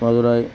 Madurai